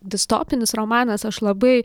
distopinis romanas aš labai